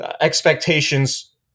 expectations